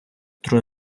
троє